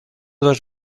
dos